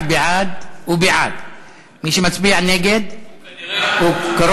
תודה רבה.